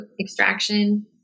extraction